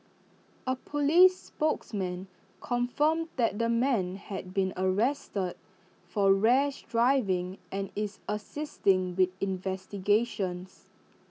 A Police spokesman confirmed that the man had been arrested for rash driving and is assisting with investigations